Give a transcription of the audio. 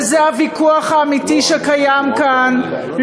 וזה הוויכוח האמיתי שקיים כאן,